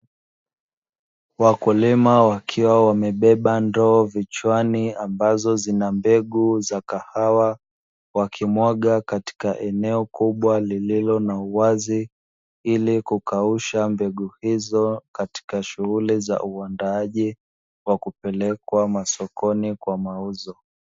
Wakulima wakiwa wamebeba ndoo vichwani wakimwaga katika eneo kubwa lililo na uwazi ili kukausha mbegu hizo katika shuguli.za uandaaji